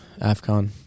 AFCON